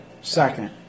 Second